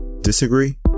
Disagree